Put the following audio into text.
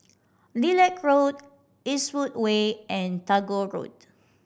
Lilac Road Eastwood Way and Tagore Road